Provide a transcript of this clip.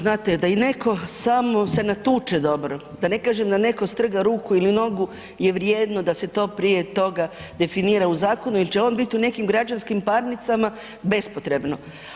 Upravo tako, znate da i netko samo se natuče dobro, da ne kažem da netko strga ruku ili nogu je vrijedno da se to prije toga definira u zakonu jer će on biti u nekim građanskim parnicama bespotrebno.